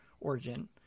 Origin